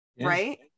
Right